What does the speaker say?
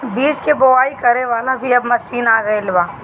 बीज के बोआई करे वाला भी अब मशीन आ गईल बा